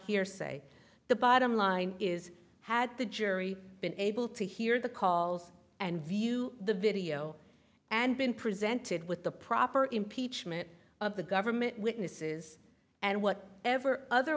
hearsay the bottom line is had the jury been able to hear the calls and view the video and been presented with the proper impeachment of the government witnesses and what ever other